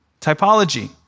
Typology